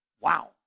Wow